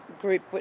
group